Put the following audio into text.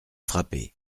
frappé